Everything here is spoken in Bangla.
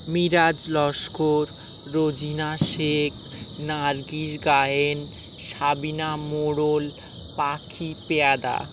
মিরাজ লস্কর রোজিনা শেখ নার্গিস গায়েন সাবিনা মোড়ল পাখি পেয়াদা